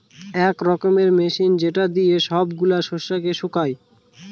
এক রকমের মেশিন যেটা দিয়ে সব গুলা শস্যকে শুকায়